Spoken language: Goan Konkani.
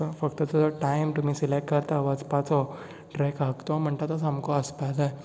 तो फक्त जो टायम तुमी सिलेक्ट करता वचपाचो ट्रेकाक तो म्हणटा तो सामको आसपाक जाय